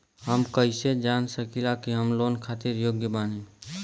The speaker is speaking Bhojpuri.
हम कईसे जान सकिला कि हम लोन खातिर योग्य बानी?